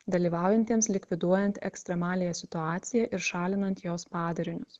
dalyvaujantiems likviduojant ekstremaliąją situaciją ir šalinant jos padarinius